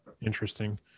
Interesting